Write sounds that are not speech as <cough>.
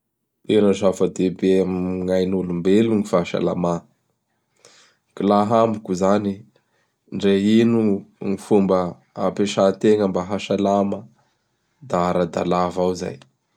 <noise> Tena zava-dehibe amign' ain'olombelo gn fahasalamà. <noise> K kaha amiko izany, ndre ino gny fomba ampiasategna mba hasalama; da ara-dalà vao zay. <noise>